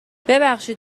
ببخشید